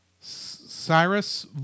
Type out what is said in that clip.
Cyrus